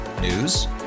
News